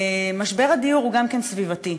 משבר הדיור הוא גם כן סביבתי.